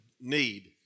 need